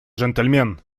джентльмен